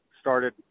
started